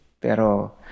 Pero